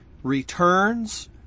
Returns